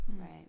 right